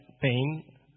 pain